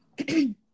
Okay